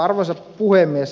arvoisa puhemies